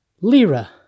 lira